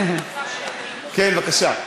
כן, בבקשה.